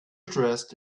dressed